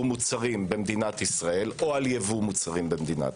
מוצרים במדינת ישראל או על ייבוא מוצרים במדינת